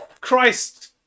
Christ